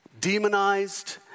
demonized